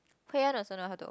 Hui-En also know how to